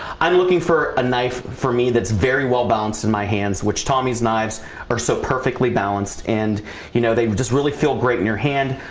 i'm looking for a knife for me. that's very well balanced in my hands which tommy's knives are so perfectly balanced and you know they just really feel great in your hand.